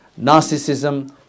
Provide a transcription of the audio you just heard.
narcissism